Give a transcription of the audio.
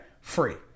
free